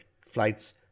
flights